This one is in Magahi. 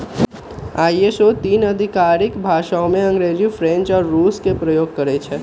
आई.एस.ओ तीन आधिकारिक भाषामें अंग्रेजी, फ्रेंच आऽ रूसी के प्रयोग करइ छै